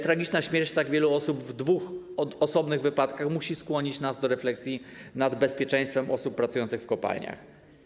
Tragiczna śmierć tak wielu osób w dwóch osobnych wypadkach musi skłonić nas do refleksji nad bezpieczeństwem osób pracujących w kopalniach.